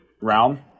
realm